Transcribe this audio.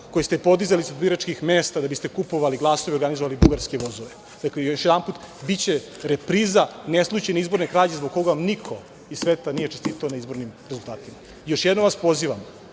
koje ste podizali ispred biračkih mesta da biste kupovali glasove i organizovali bugarske vozove. Dakle, još jedan put – biće repriza neslućene izborne krađe zbog koga vam niko iz sveta nije čestitao na izbornim rezultatima. Još jednom vas pozivam